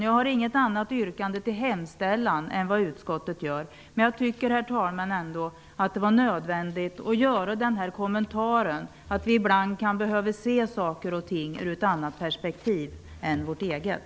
Jag har inget annat yrkande för hemställan än vad utskottet har. Men jag tycker ändå, herr talman, att det var nödvändigt att göra denna kommentar. Vi kan ibland behöva se saker och ting ur ett annat perspektiv än vårt eget.